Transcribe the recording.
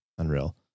Unreal